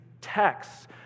texts